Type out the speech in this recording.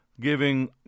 giving